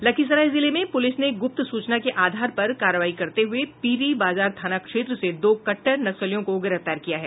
लखीसराय जिले में पुलिस ने गुप्त सूचना के आधार पर कार्रवाई करते हुए पीरी बाजार थाना क्षेत्र से दो कट्टर नक्सलियों को गिरफ्तार किया है